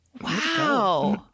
Wow